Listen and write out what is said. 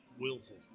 Willful